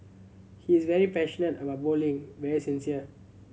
he is very passionate about bowling very sincere